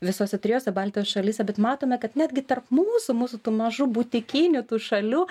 visose trijose baltijos šalyse bet matome kad netgi tarp mūsų mūsų tų mažų butikinių tų šalių